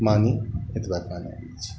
हमसब मानी एतबे कहबाके अछि